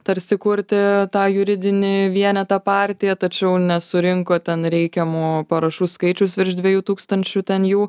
tarsi kurti tą juridinį vienetą partiją tačiau nesurinko ten reikiamų parašų skaičiaus virš dviejų tūkstančių ten jų